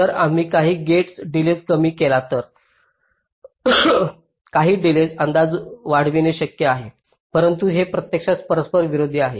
जर आम्ही काही गेट डिलेज कमी केला तर काही डिलेजdelay अंदाज वाढविणे शक्य आहे परंतु हे प्रत्यक्षात परस्पर विरोधी आहे